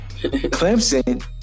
Clemson